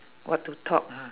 what to talk ha